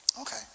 Okay